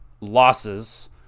losses